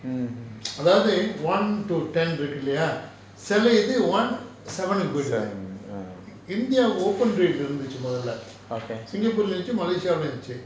அதாவது:athavathu one to ten இருக்கில்லையா சில இது:irukillaya sila ithu one seven கு பெய்ருது:ku peiruthu india open ride leh இருந்துச்சு மொதல்ல:irunthuchu mothalla singapore leh இருந்துச்சு:irunthuchu malaysia leh இருந்துச்சு:irunthuchu